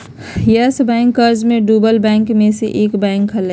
yes Bank कर्ज मे डूबल बैंक मे से एक बैंक हलय